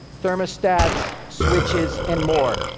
thermostats, switches, and more,